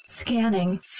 Scanning